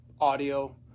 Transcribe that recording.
audio